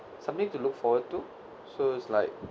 something to look forward to so it's like